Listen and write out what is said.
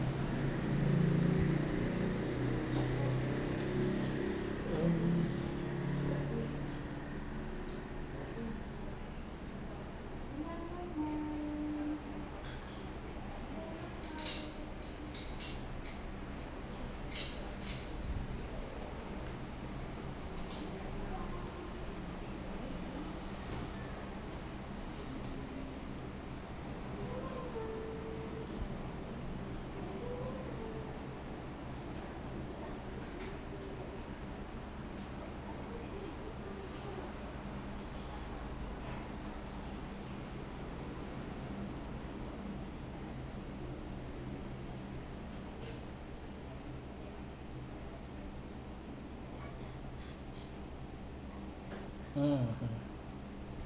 um (uh huh)